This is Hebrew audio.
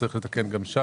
לכן צריך לתקן גם שם,